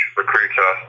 recruiter